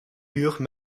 uur